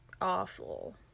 awful